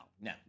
no